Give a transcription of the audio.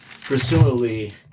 presumably